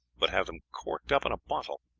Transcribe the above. but have them corked up in a bottle.